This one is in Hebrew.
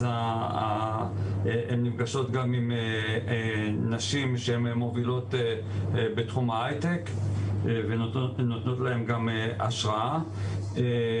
הן נפגשות גם עם נשים מובילות בתחום ההייטק הנותנות להן גם השראה.